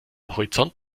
horizont